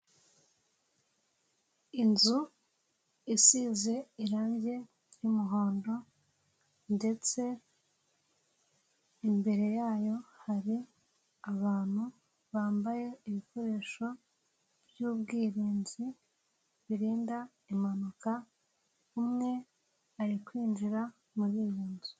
Inzu isize irange ry'umuhondo ndetse imbere yayo hari abantu bambaye ibikoresho by'ubwirinzi, birinda impanuka, umwe ari kwinjira muri iyo nzu.